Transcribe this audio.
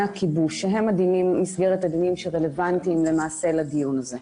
הכיבוש שהם מסגרת הדינים שלמעשה רלוונטיים לדיון הזה.